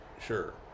sure